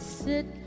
sit